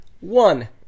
One